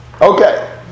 Okay